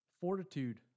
fortitude